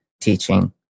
teaching